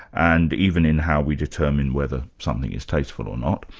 and even in how we determine whether something is tasteful or not.